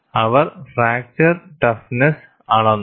അവർ fracture toughness അളന്നു